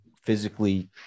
physically